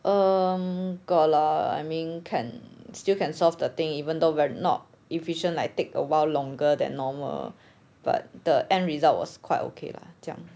um got lah I mean can still can solve the thing even though we're not efficient like take a while longer than normal but the end result was quite okay lah 这样